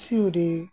Siuri